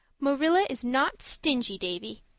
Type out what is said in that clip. marilla is not stingy, davy,